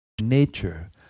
nature